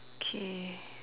kay